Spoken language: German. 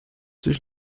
sich